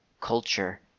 culture